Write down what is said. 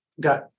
got